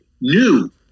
new